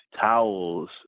towels